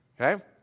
Okay